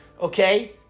okay